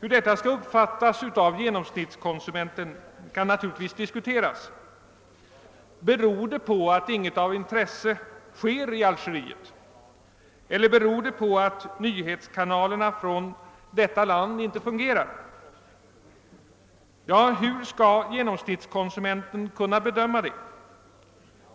Hur detta skall uppfattas av genomsnittskonsumenten kan naturligtvis diskuteras. Beror det på att ingenting av intresse sker i Algeriet? Eller beror det på att nyhetskanalerna från detta land inte fungerar? Hur skall nyhetskonsumenten kunna bedöma det?